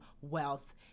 wealth